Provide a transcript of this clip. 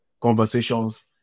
conversations